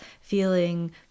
feeling